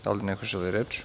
Da li neko želi reč?